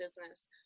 business